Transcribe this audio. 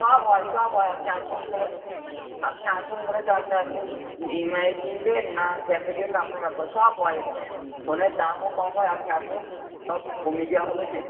সব হয় সব হয় আপনি আসুন কোনো চাপ নেই আপনি ইএমআইয়ে কিনবেন না ক্যাশে কিনবেন আপনার ব্যাপার সব হয় এখানে ফোনের দামও কম হয় আপনি আসুন সব কমিয়ে দেওয়া হবে